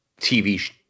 TV